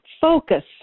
Focus